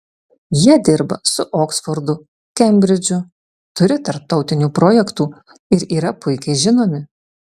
jie dirba su oksfordu kembridžu turi tarptautinių projektų ir yra puikiai žinomi